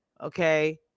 okay